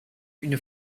une